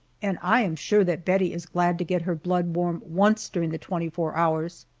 and i am sure that bettie is glad to get her blood warm once during the twenty-four hours.